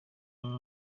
nawe